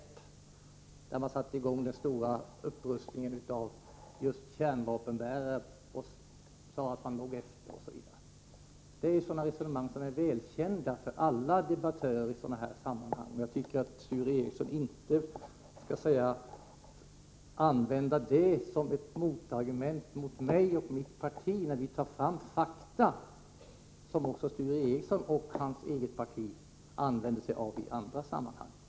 Det var då man, med hänvisning till att man låg efter, satte i gång med den stora upprustningen av just kärnvapenbärare. Det är resonemang som är väl kända för alla debattörer i sådana sammanhang. Jag tycker att Sture Ericson inte skall använda dessa som ett motargument mot mig och mitt parti när vi tar fram fakta som också Sture Ericson och hans eget parti använder sig av i andra sammanhang.